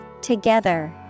Together